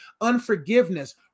unforgiveness